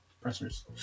pressers